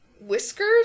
whiskers